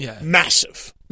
massive